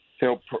help